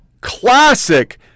classic